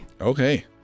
Okay